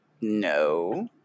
No